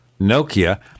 Nokia